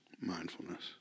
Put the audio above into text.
mindfulness